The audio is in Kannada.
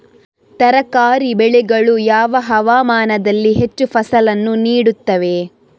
ತರಕಾರಿ ಬೆಳೆಗಳು ಯಾವ ಹವಾಮಾನದಲ್ಲಿ ಹೆಚ್ಚು ಫಸಲನ್ನು ನೀಡುತ್ತವೆ?